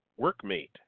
workmate